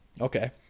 okay